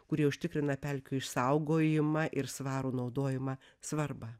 kurie užtikrina pelkių išsaugojimą ir svarų naudojimą svarbą